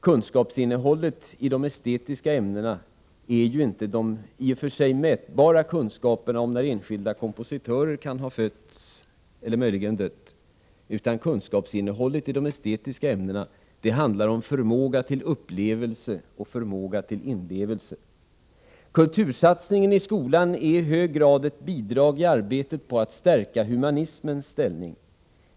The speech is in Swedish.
Kunskapsinnehållet i de estetiska ämnena är ju inte de i och för sig mätbara kunskaperna om när enskilda kompositörer kan ha fötts eller möjligen dött, utan kunskapsinnehållet i de estetiska ämnena handlar om förmåga till upplevelse och förmåga till inlevelse. Kultursatsningen i skolan är i hög grad ett bidrag i arbetet på att stärka humanismens ställning.